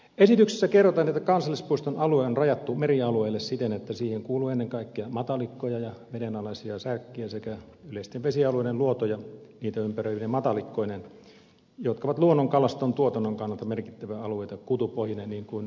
esityksessä kerrotaan että kansallispuiston alue on rajattu merialueelle siten että siihen kuuluu ennen kaikkea matalikkoja ja vedenalaisia särkkiä sekä yleisten vesialueiden luotoja niitä ympäröivine matalikkoineen jotka ovat luonnonkalaston tuotannon kannalta merkittäviä alueita kutupohjineen niin kuin ed